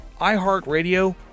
iHeartRadio